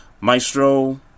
maestro